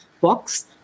box